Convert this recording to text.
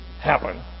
happen